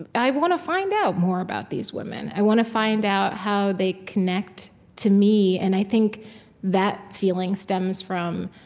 but i want to find out more about these women. i want to find out how they connect to me. and i think that feeling stems from,